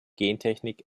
gentechnik